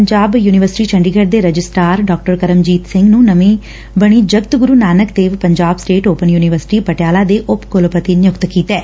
ਪੰਜਾਬ ਸਰਕਾਰ ਨੇ ਪੰਜਾਬ ਯੁਨੀਵਰਸਿਟੀ ਚੰਡੀਗੜ ਦੇ ਰਜਿਸਟਾਰ ਡਾ ਕਰਮਜੀਤ ਸਿੰਘ ਨੂੰ ਨਵੀ ਬਣੀ Jagat Guru Nanak Dev Punjab state open university Patiala ਦੇ ਉਪ ਕੁਲਪਤੀ ਨਿਯੁਕਤ ਕੀਤੈ